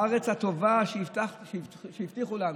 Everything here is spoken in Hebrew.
הארץ הטובה שהבטיחו לנו.